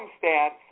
circumstance